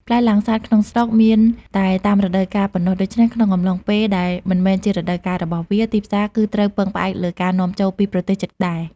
ផ្លែលាំងសាតក្នុងស្រុកមានតែតាមរដូវកាលប៉ុណ្ណោះ ដូច្នេះក្នុងអំឡុងពេលដែលមិនមែនជារដូវកាលរបស់វា ទីផ្សារគឺត្រូវពឹងផ្អែកលើការនាំចូលពីប្រទេសជិតដែរ។